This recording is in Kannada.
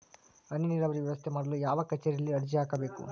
ಹನಿ ನೇರಾವರಿ ವ್ಯವಸ್ಥೆ ಮಾಡಲು ಯಾವ ಕಚೇರಿಯಲ್ಲಿ ಅರ್ಜಿ ಹಾಕಬೇಕು?